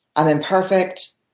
i'm imperfect.